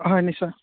হয় নিশ্চয়